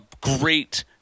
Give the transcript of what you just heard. great